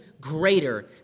greater